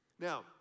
Now